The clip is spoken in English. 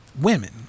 women